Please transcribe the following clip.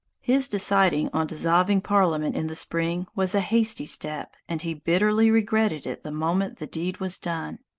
his deciding on dissolving parliament in the spring was a hasty step, and he bitterly regretted it the moment the deed was done.